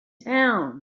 town